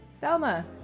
Thelma